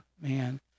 Man